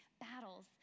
battles